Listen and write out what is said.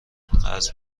قرض